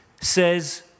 says